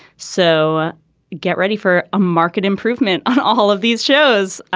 so get ready for a market improvement on all of these shows.